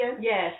Yes